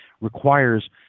requires